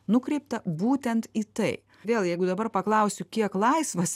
nukreipta būtent į tai vėl jeigu dabar paklausiu kiek laisvas